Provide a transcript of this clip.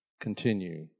continue